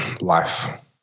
life